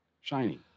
Shiny